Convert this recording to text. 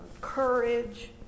courage